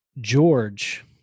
George